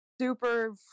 super